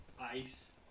ice